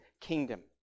kingdom